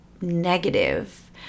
negative